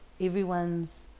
everyone's